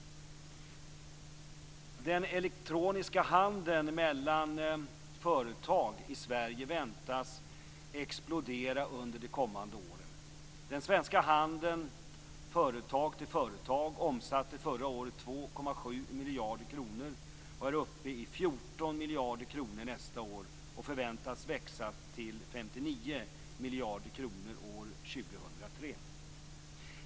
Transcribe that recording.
Den elektroniska handeln mellan företag i Sverige väntas explodera under de kommande åren. Den svenska handeln företag till företag omsatte förra året 2,7 miljarder kronor, är uppe i 14 miljarder kronor nästa år och förväntas växa till 59 miljarder kronor år 2003.